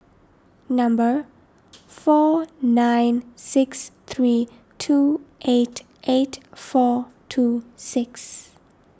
number four nine six three two eight eight four two six